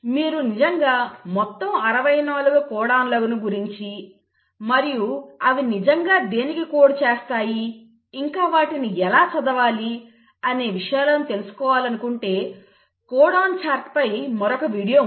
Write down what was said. మీరు నిజంగా మొత్తం 64 కోడాన్లను గురించి మరియు అవి నిజంగా దేనికి కోడ్ చేస్తాయి ఇంకా వాటిని ఎలా చదవాలి అనే విషయాలను తెలుసుకోవాలనుకుంటే కోడాన్ చార్ట్ పై మరొక వీడియో ఉంది